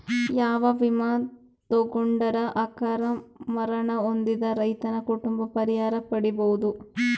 ಯಾವ ವಿಮಾ ತೊಗೊಂಡರ ಅಕಾಲ ಮರಣ ಹೊಂದಿದ ರೈತನ ಕುಟುಂಬ ಪರಿಹಾರ ಪಡಿಬಹುದು?